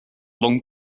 long